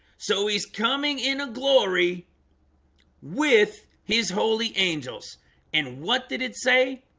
so he's coming in a glory with his holy angels and what did it say